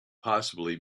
possibly